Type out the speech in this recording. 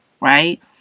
right